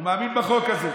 הוא מאמין בחוק הזה.